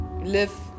live